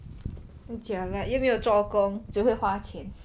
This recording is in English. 你讲 ah 又没有做工只会花钱